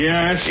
Yes